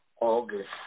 August